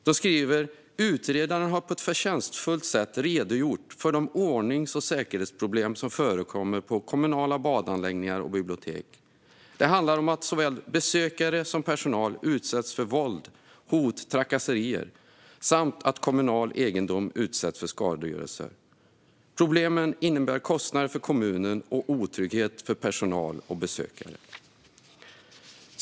De skriver att "utredaren har på ett förtjänstfullt sätt redogjort för de ordnings och säkerhetsproblem som förekommer på kommunala badanläggningar och bibliotek. Det handlar om att såväl besökare som personal utsätts för våld, hot och trakasserier samt att kommunal egendom utsätts för skadegörelse. Problemen innebär kostnader för kommunen och otrygghet för personal och besökare".